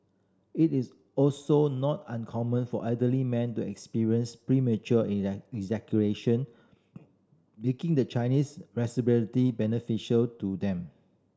it is also not uncommon for elderly men to experience premature making the Chinese beneficial to them